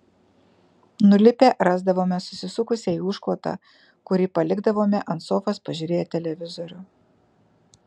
nulipę rasdavome susisukusią į užklotą kurį palikdavome ant sofos pažiūrėję televizorių